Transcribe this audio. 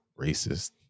racist